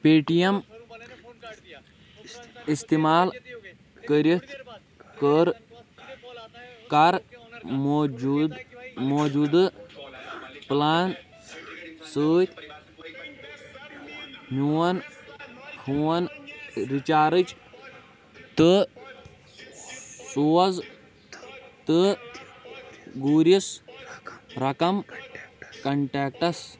پے T M استعمال کٔرِتھ کٔر کَر موجوٗدٕ موٗجوٗدٕ پلانہٕ سۭتۍ میٛون فون رِچارٕج تہٕ سوز تہٕ گوٗرِس رقم کۄنٹیکٹَس